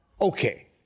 Okay